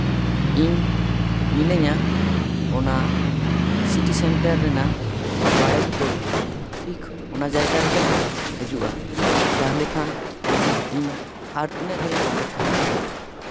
ᱤᱧ ᱢᱤᱱᱟᱹᱧᱟ ᱚᱱᱟ ᱥᱤᱴᱤ ᱥᱮᱱᱴᱟᱨ ᱨᱮᱱᱟᱜ ᱵᱟᱲᱮ ᱵᱩᱴᱟᱹᱨᱮ ᱴᱷᱤᱠ ᱚᱱᱟ ᱡᱟᱭᱜᱟ ᱨᱮᱜᱮᱢ ᱦᱤᱡᱩᱜᱼᱟ ᱛᱟᱦᱞᱮ ᱠᱷᱟᱱ ᱤᱧ ᱟᱨ ᱛᱤᱱᱟᱹᱜ ᱜᱷᱟᱹᱲᱤᱡ ᱤᱧ ᱚᱯᱮᱠᱠᱷᱟ ᱢᱮᱭᱟ